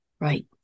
Right